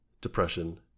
depression